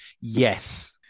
Yes